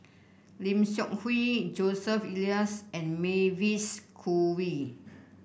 Lim Seok Hui Joseph Elias and Mavis Khoo Oei